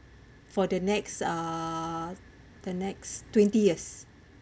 for the next uh the next twenty years